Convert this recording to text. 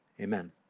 amen